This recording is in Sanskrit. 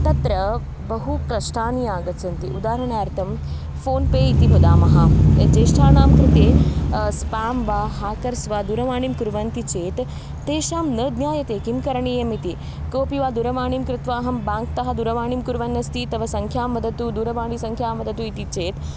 तत्र बहु कष्टानि आगच्छन्ति उदाहरणार्थं फ़ोन्पे इति वदामः यद् ज्येष्ठानां कृते स्पां वा हाकर्स् वा दूरवाणीं कुर्वन्ति चेत् तेषां न ज्ञायते किं करणीयम् इति कोपि वा दूरवाणीं कृत्वा अहं बेङ्क्तः दूरवाणीं कुर्वन्नस्ति तव सङ्ख्यां वदतु दूरवाणीसङ्ख्यां वदतु इति चेत्